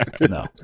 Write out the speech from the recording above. no